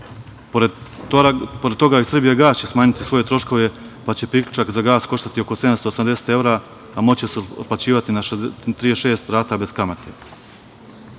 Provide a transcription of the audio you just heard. rok. Pored toga i Srbijagas će smanjiti svoje troškove, pa će priključak za gas koštati oko 780 evra, a moći se otplaćivati na 36 rata bez kamate.